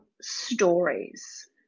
stories